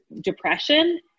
depression